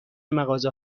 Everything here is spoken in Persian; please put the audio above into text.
مغازه